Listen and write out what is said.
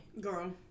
girl